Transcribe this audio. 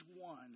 one